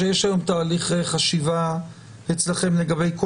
שיש היום תהליכי חשיבה אצלכם לגבי כל